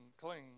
clean